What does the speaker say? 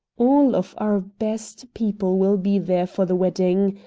all of our best people will be there for the wedding.